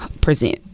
present